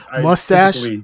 Mustache